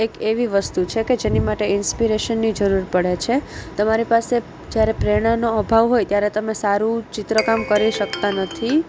એક એવી વસ્તુ છે કે જેની માટે ઇન્સ્પિરેશન જરૂર પડે છે તમારી પાસે જ્યારે પ્રેરણાનો અભાવ હોય ત્યારે તમે સારું ચિત્રકામ કરી શકતા નથી